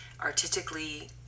artistically